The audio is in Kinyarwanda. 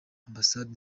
ambasade